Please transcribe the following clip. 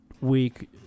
week –